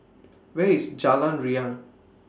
Where IS Jalan Riang